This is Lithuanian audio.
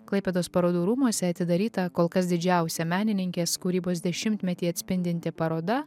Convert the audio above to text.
klaipėdos parodų rūmuose atidaryta kol kas didžiausia menininkės kūrybos dešimtmetį atspindinti paroda